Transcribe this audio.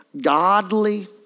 godly